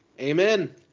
Amen